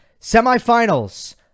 Semifinals